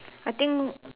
I think